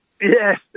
Yes